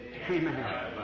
Amen